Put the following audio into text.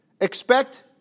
Expect